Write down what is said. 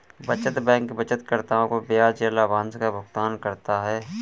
बचत बैंक बचतकर्ताओं को ब्याज या लाभांश का भुगतान करता है